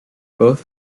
both